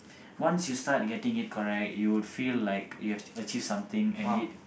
once you start getting it correct you will feel like you have achieved something and it